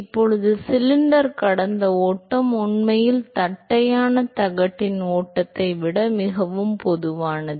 இப்போது சிலிண்டர் கடந்த ஓட்டம் உண்மையில் தட்டையான தகட்டின் ஓட்டத்தை விட மிகவும் பொதுவானது